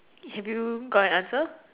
have you got an answer